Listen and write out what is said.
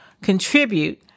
contribute